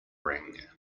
ring